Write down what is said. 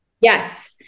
Yes